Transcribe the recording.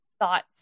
thoughts